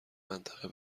منطقه